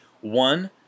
one